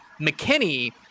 McKinney